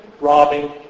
robbing